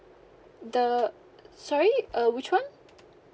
the sorry uh which one